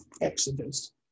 Exodus